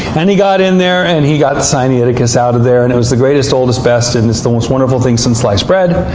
and he got in there, and he got sinaiticus out of there. and it was the greatest, oldest, best, and it's the most wonderful thing since sliced bread.